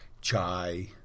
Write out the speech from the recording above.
chai